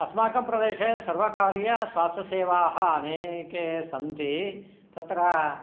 अस्माकं प्रदेशे सर्वकारीयस्वास्थ्यसेवाः अनेकाः सन्ति तत्र